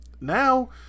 now